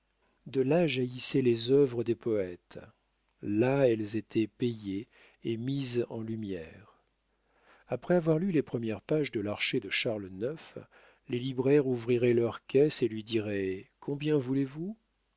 de là jaillissaient les œuvres des poètes là elles étaient payées et mises en lumière après avoir lu les premières pages de l'archer de charles ix les libraires ouvriraient leurs caisses et lui diraient combien voulez-vous